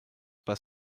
pas